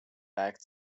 back